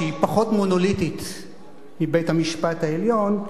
שהיא פחות מונוליטית מבית-המשפט העליון,